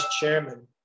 chairman